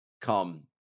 come